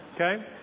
okay